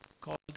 called